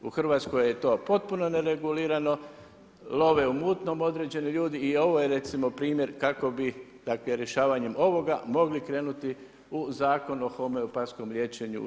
U Hrvatskoj je to potpuno neregulirano, love u mutnom određeni ljudi i ovo je recimo primjer kako bi, dakle rješavanjem ovoga mogli krenuti u Zakon o homeopatskom liječenju u RH.